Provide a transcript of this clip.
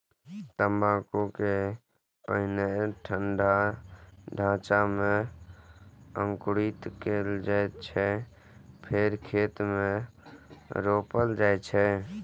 तंबाकू कें पहिने ठंढा ढांचा मे अंकुरित कैल जाइ छै, फेर खेत मे रोपल जाइ छै